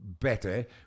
better